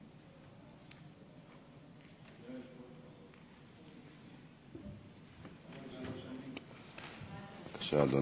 בבקשה, אדוני,